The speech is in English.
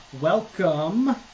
welcome